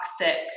toxic